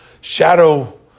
shadow